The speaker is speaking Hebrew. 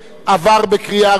התשע"ב 2011,